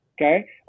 Okay